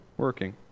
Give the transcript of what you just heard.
working